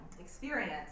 experience